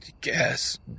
guess